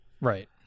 Right